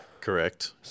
Correct